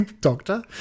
doctor